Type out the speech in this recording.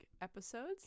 episodes